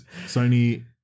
Sony